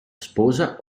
sposa